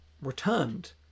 returned